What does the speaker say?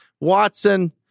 Watson